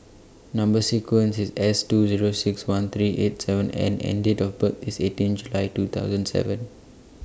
Number sequence IS S two Zero six one three eight seven N and Date of birth IS eighteen July two thousand seven